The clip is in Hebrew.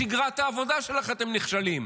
בשגרת העבודה שלכם אתם נכשלים,